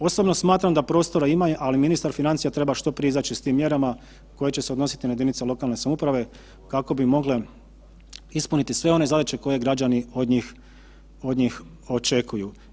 Osobno smatram da prostora ima ali financija treba što prije izaći sa tim mjerama koje će se odnositi na jedinice lokalne samouprave kako bi mogle ispuniti sve one zadaće koje građani od njih očekuju.